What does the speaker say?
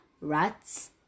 rats